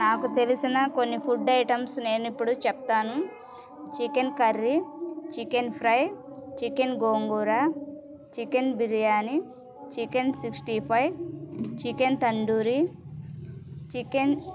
నాకు తెలిసిన కొన్ని ఫుడ్ ఐటమ్స్ నేను ఇప్పుడు చెప్తాను chicken curry chicken fry chicken gongura chicken biryani chicken sixty five chicken tandoori chicken